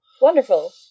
Wonderful